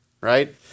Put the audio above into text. right